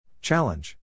Challenge